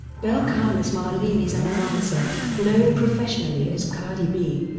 belcalis marlenis almanzar, known professionally as cardi b,